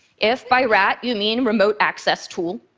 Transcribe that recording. if by rat you mean remote access tool.